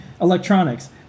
electronics